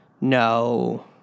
No